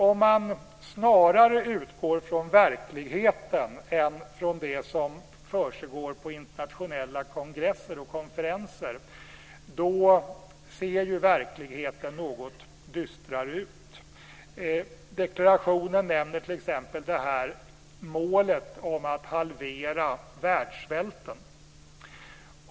Om man snarare utgår från verkligheten än från det som försiggår på internationella kongresser och konferenser ser verkligheten något dystrare ut. Deklarationen nämner t.ex. målet om att halvera världssvälten.